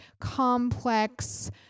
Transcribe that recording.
complex